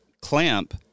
clamp